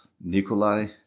Nikolai